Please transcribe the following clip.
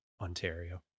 Ontario